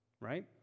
right